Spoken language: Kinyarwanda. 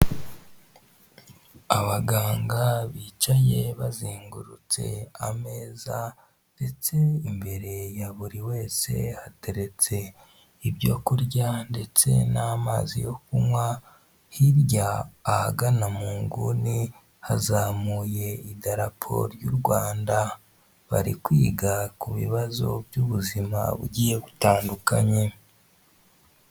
Abaganga bicaye bazengurutse ameza ndetse imbere ya buri wese hateretse ibyo kurya ndetse n'amazi yo kunywa, hirya ahagana mu nguni hazamuye idarapo ry'u Rwanda. Bari kwiga ku bibazo by'ubuzima bugiye butandukanye.